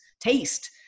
taste